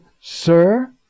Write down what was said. Sir